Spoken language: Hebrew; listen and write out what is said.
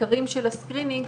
קטנה,